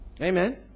Amen